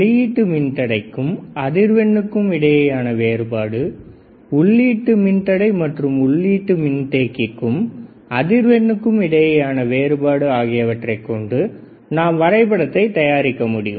வெளியீட்டு மின்தடைக்கும் அதிர்வெண்ணுக்கும் இடையேயான வேறுபாடு உள்ளீட்டு மின்தடை மற்றும் உள்ளீட்டு மின்தேக்கிக்கும் அதிர்வெண்ணுக்கும் இடையேயான வேறுபாடு ஆகியவற்றைக் கொண்டு நாம் வரைபடத்தை தயாரிக்க முடியும்